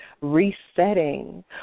resetting